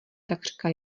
takřka